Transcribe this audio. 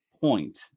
point